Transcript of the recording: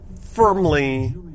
firmly